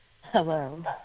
Hello